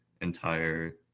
entire